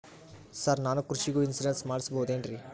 Sir ನಾನು ಕೃಷಿಗೂ insurance ಮಾಡಸಬಹುದೇನ್ರಿ?